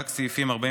רק סעיפים 30(4),